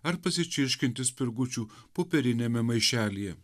ar pasičirškinti spirgučių popieriniame maišelyje